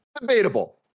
debatable